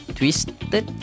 twisted